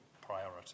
priority